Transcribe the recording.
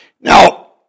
Now